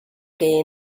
que